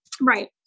Right